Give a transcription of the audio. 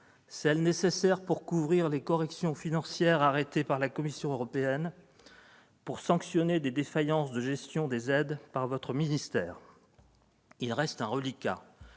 celles nécessaires pour couvrir les corrections financières arrêtées par la Commission européenne pour sanctionner des défaillances de gestion des aides par votre ministère. Il reste un reliquat.